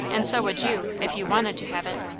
and so would you, if you wanted to have it.